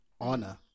honor